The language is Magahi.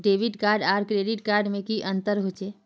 डेबिट कार्ड आर क्रेडिट कार्ड में की अंतर होचे?